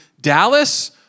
Dallas